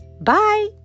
Bye